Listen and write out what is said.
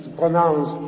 pronounce